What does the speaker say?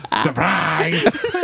Surprise